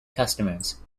customers